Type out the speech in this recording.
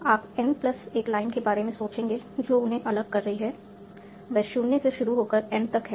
तो आप n plus एक लाइन के बारे में सोचेंगे जो उन्हें अलग कर रही है वह 0 से शुरू होकर n तक है